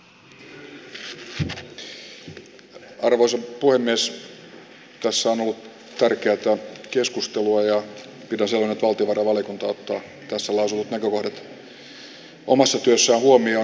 tässä on ollut tärkeätä keskustelua ja pidän selvänä että valtiovarainvaliokunta ottaa tässä lausutut näkökohdat omassa työssään huomioon